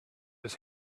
his